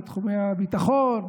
בתחומי הביטחון,